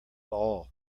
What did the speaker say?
all